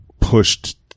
pushed